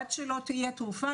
עד שלא תהיה תרופה,